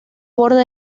borde